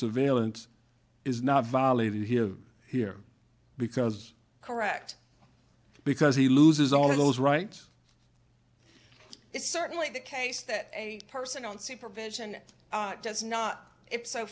surveillance is not violated here here because correct because he loses all of those rights it's certainly the case that a person on supervision does not i